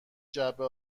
جعبه